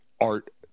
art